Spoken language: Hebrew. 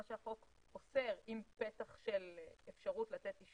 בהמלצת הוועדה המייעצת,